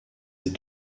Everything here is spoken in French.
ces